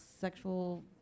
sexual